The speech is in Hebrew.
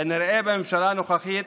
כנראה שבממשלה הנוכחית,